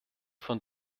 von